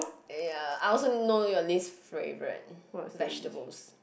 ya I also know your least favourite vegetables